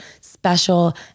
special